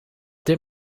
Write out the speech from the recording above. dit